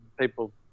people